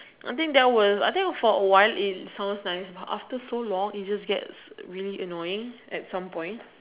I think that was I think for a while it sounds nice but after so long it just gets really annoying at some point